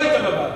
לא היית בוועדה.